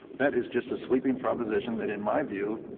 that is just a sweeping proposition that in my view,